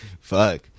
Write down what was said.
fuck